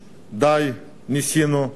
די, ניסינו,